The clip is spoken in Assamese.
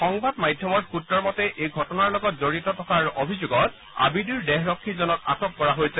সংবাদ মাধ্যমৰ সুত্ৰৰ মতে এই ঘটনাৰ লগত জড়িত থকাৰ অভিযোগত আবিদিৰ দেহৰক্ষীজনক আটক কৰা হৈছে